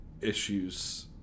issues